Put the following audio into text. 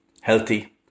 healthy